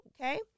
Okay